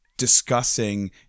Discussing